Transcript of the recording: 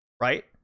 right